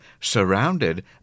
surrounded